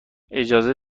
اجازه